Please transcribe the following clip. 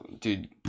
dude